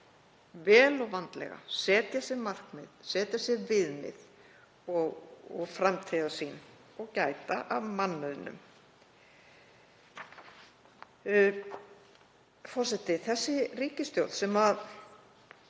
vel og vandlega, setja sér markmið, setja sér viðmið og framtíðarsýn og gæta að mannauðnum. Forseti. Þessi ríkisstjórn hefur